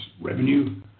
revenue